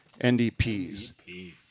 NDPs